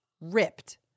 ripped